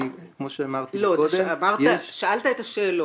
כמו שאמרתי קודם --- לא, שאלת את השאלות.